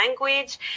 language